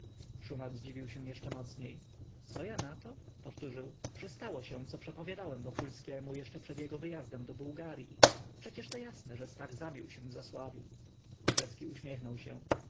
rzecki szuman zdziwił się jeszcze mocniej co ja na to powtórzył że stało się co przepowiadałem wokulskiemu jeszcze przed jego wyjazdem do bułgaryi przecież to jasne że stach zabił się w zasławiu rzecki uśmiechnął się